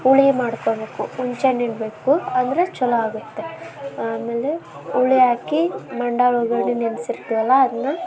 ಹುಳಿ ಮಾಡಿಕೋಬೇಕು ಹುಣ್ಶೆಹಣ್ ಹಿಂಡ್ಬೇಕು ಅಂದರೆ ಛಲೋ ಆಗುತ್ತೆ ಆಮೇಲೆ ಹುಳಿ ಹಾಕಿ ಮಂಡಾಳ ಒಗ್ಗರಣೆ ನೆನೆಸಿರ್ತಿವಲ್ಲಾ ಅದನ್ನ